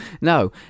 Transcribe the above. no